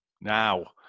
Now